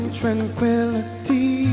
tranquility